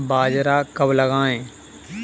बाजरा कब लगाएँ?